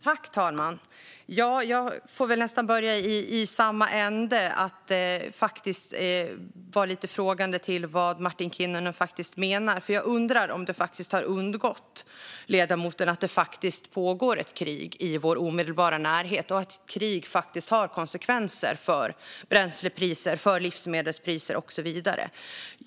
Herr talman! Jag får nästan börja i samma ände och faktiskt vara lite frågande till vad Martin Kinnunen faktiskt menar. Jag undrar om det har undgått ledamoten att det pågår ett krig i vår omedelbara närhet och att krig faktiskt har konsekvenser för bränslepriser, livsmedelspriser och så vidare.